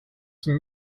zum